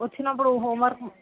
వచ్చినప్పుడు హోమ్వర్క్